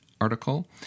article